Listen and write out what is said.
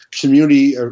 community